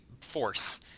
force